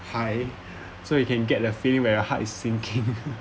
high so you can get a feeling where your heart is sinking